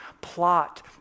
plot